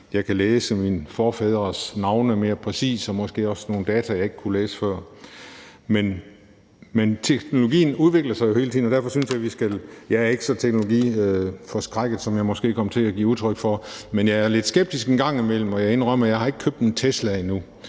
jeg kan læse mine forfædres navne mere præcist, måske også nogle data, jeg ikke kunne læse før. Men teknologien udvikler sig jo hele tiden. Jeg er ikke så teknologiforskrækket, som jeg måske kom til at give udtryk for, men jeg er lidt skeptisk engang imellem, må jeg indrømme. Jeg har ikke købt en Tesla endnu.